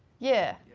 yeah.